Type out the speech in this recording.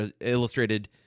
Illustrated